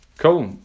Cool